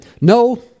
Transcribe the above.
No